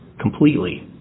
completely